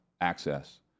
access